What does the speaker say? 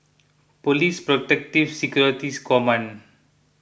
Police Protective Securities Command